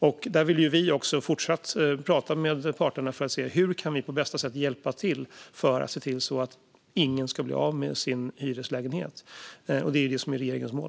Vi vill också fortsatt tala med parterna för att se hur vi på bästa sätt kan hjälpa till för att se till att ingen blir av med sin hyreslägenhet. Det är detta som är regeringens mål.